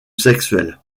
sexuelle